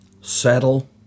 settle